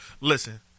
Listen